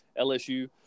LSU